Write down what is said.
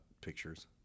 pictures